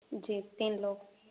जी तीन लोग